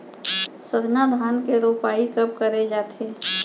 सरना धान के रोपाई कब करे जाथे?